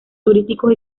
turísticos